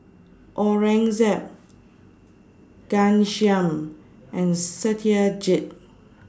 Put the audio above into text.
Aurangzeb Ghanshyam and Satyajit